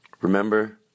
remember